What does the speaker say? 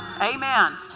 Amen